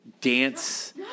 dance